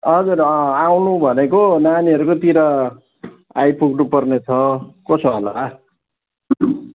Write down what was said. हजुर आउनु भनेको नानीहरूकोतिर आइपुग्नु पर्नेछ कसो होला